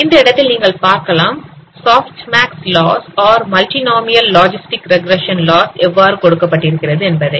இந்த இடத்தில் நீங்கள் பார்க்கலாம் ஷாப்ட்மேக்ஸ் லாஸ் அல்லது மல்டிநாம்இயல் லாஜிஸ்டிக் ரெக்ரேஷன் லாஸ் எவ்வாறு கொடுக்கப்பட்டிருக்கிறது என்பதை